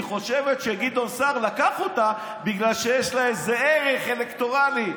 היא חושבת שגדעון סער לקח אותה בגלל שיש לה איזה ערך אלקטורלי.